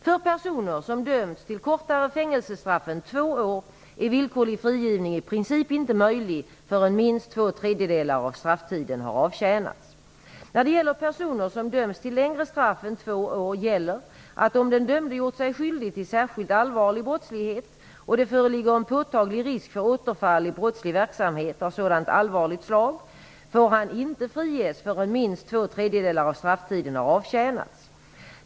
För personer som döms till kortare fängelsestraff än två år är villkorlig frigivning i princip inte möjlig förrän minst två tredjedelar av strafftiden har avtjänats. När det gäller personer som döms till längre straff än två år gäller att om den dömde gjort sig skyldig till särskilt allvarlig brottslighet och det föreligger en påtaglig risk för återfall i brottslig verksamhet av sådant allvarligt slag får han inte friges förrän minst två tredjedelar av strafftiden har avtjänats.